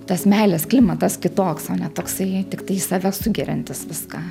tas meilės klimatas kitoks toksai tiktai į save sugeriantis viską